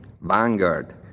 Vanguard